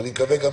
ואני מקווה שגם,